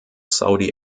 saudi